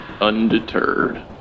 undeterred